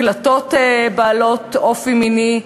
הקלטות בעלות אופי מיני,